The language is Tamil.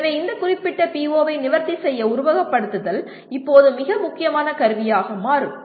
எனவே இந்த குறிப்பிட்ட PO ஐ நிவர்த்தி செய்ய உருவகப்படுத்துதல் இப்போது மிக முக்கியமான கருவியாக மாறும்